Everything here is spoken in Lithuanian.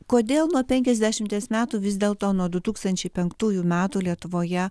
kodėl nuo penkiasdešimties metų vis dėl to nuo du tūkstančiai penktųjų metų lietuvoje